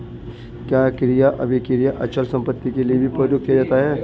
क्या क्रय अभिक्रय अचल संपत्ति के लिये भी प्रयुक्त किया जाता है?